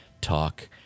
Talk